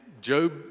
Job